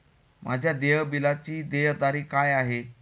माझ्या देय बिलाची देय तारीख काय आहे?